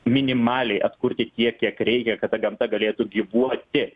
minimaliai atkurti tiek kiek reikia kad ta gamta galėtų gyvuoti